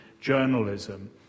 journalism